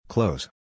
Close